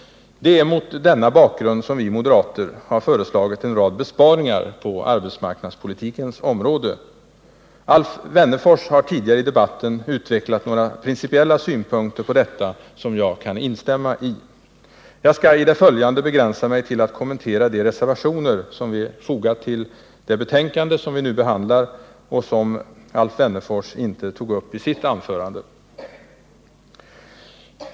Det är mot denna bakgrund som vi moderater har föreslagit en rad besparingar på arbetsmarknadspolitikens område. Alf Wennerfors har tidigare i debatten utvecklat några principiella synpunkter på detta som jag kan instämma i. Jag skall i det följande begränsa mig till att kommentera de reservationer som vi fogat vid det betänkande vi nu behandlar och som Alf Wennerfors inte tog upp i sitt anförande.